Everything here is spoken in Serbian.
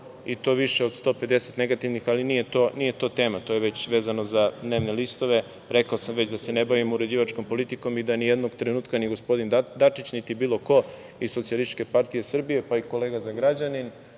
i to više od 150 negativnih, ali nije to tema, to je već vezano za dnevne listove. Rekao sam već da se ne bavimo uređivačkom politikom i da nijednog trenutka ni gospodin Dačić niti bilo ko iz SPS, pa ni kolega Zagrađanin